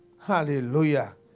Hallelujah